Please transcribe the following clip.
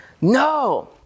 no